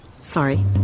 Sorry